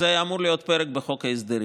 זה היה אמור להיות פרק בחוק ההסדרים.